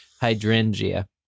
hydrangea